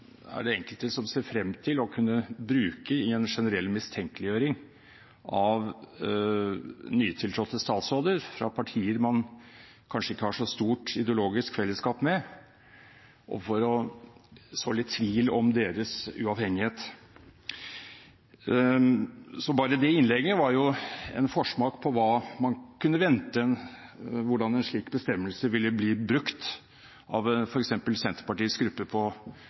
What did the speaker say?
er det enkelte som ser frem til å kunne bruke i en generell mistenkeliggjøring av nytiltrådte statsråder fra partier man kanskje ikke har så stort ideologisk fellesskap med, for å så litt tvil om deres uavhengighet. Så bare det innlegget var en forsmak på hva man kan vente når det gjelder hvordan en slik bestemmelse vil kunne bli brukt av f.eks. Senterpartiets gruppe på